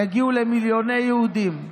יגיעו למיליוני יהודים.